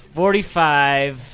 forty-five